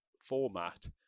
format